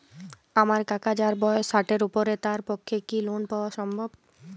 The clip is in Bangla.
আমার কাকা যাঁর বয়স ষাটের উপর তাঁর পক্ষে কি লোন পাওয়া সম্ভব?